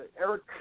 Eric